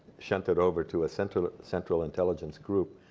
shunted over to a central central intelligence group.